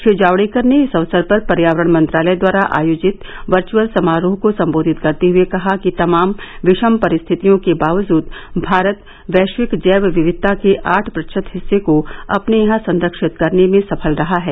श्री जावड़ेकर ने इस अवसर पर पर्यावरण मंत्रालय द्वारा आयोजित वर्चअल समारोह को संबोधित करते हुए कहा कि तमाम विषम परिस्थितियों के बावजूद भारत वैश्विक जैव विविता के आठ प्रतिशत हिस्से को अपने यहां सरक्षित करने में सफल रहा है